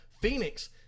Phoenix